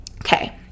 okay